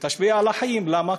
ותשפיע על החיים, למה?